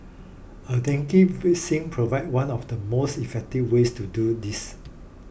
a dengue vaccine provides one of the most effective ways to do this